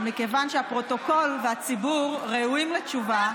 אבל מכיוון שהפרוטוקול והציבור ראויים לתשובה,